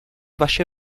vaše